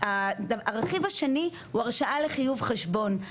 הרכיב השני הוא הרשאה לחיוב חשבון,